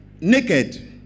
naked